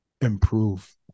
improve